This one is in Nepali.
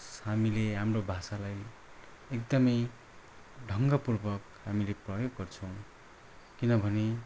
हामीले हाम्रो भाषालाई एकदमै ढङ्गपूर्वक हामीले प्रयोग गर्छौँ किनभने